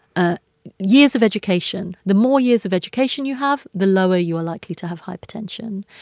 ah years of education the more years of education you have, the lower you are likely to have hypertension.